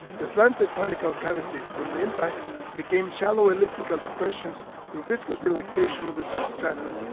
the slanted conical cavities from the impacts became shallow elliptical depressions through viscous relaxation of the substrata,